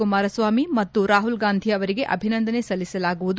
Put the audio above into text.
ಕುಮಾರಸ್ವಾಮಿ ಮತ್ತು ರಾಹುಲ್ ಗಾಂಧಿ ಅವರಿಗೆ ಅಭಿನಂದನೆ ಸಲ್ಲಿಸಲಾಗುವುದು